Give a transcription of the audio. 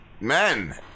Men